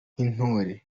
nk’intore